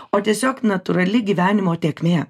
o tiesiog natūrali gyvenimo tėkmė